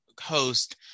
host